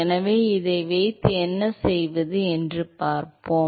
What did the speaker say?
எனவே இதை வைத்து என்ன செய்வது என்று பார்ப்போம்